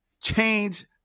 change